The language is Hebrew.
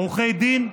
עורכי דין?